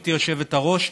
גברתי היושבת-ראש,